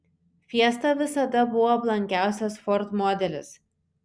fiesta visada buvo blankiausias ford modelis